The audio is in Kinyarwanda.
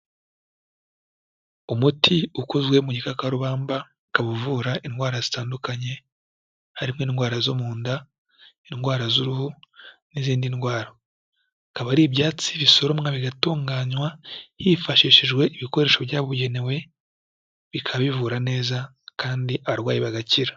Umuti ukozwe mu gikakarubamba, ukaba uvura indwara zitandukanye, harimo indwara zo mu nda, indwara z'uruhu n'izindi ndwara, bikaba ari ibyatsi bisoromwa bigatunganywa hifashishijwe ibikoresho byabugenewe, bikaba bivura neza kandi abarwayi bagakira.